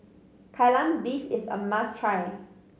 Kai Lan Beef is a must try